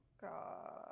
God